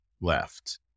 left